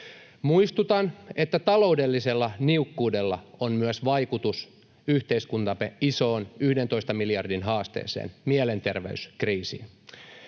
Muistutan, että taloudellisella niukkuudella on myös vaikutus yhteiskuntamme isoon 11 miljardin haasteeseen, mielenterveyskriisiin.